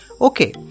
Okay